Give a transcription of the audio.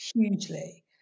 hugely